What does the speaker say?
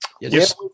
Yes